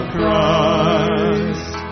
Christ